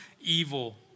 evil